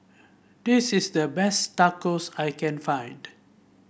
this is the best Tacos I can find